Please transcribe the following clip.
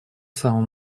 самом